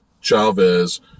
Chavez